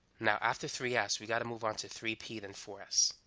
now after three s we got to move on to three p then four s